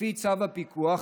לפי צו הפיקוח,